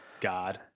God